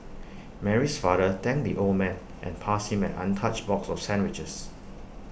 Mary's father thanked the old man and passed him an untouched box of sandwiches